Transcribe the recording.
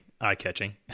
eye-catching